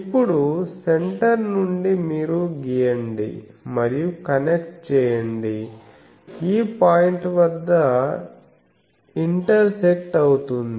ఇప్పుడు సెంటర్ నుండి మీరు గీయండి మరియు కనెక్ట్ చేయండి ఈ పాయింట్ వద్ద ఇంటర్సెక్ట్ అవుతుంది